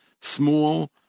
small